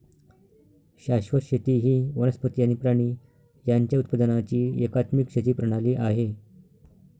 शाश्वत शेती ही वनस्पती आणि प्राणी यांच्या उत्पादनाची एकात्मिक शेती प्रणाली आहे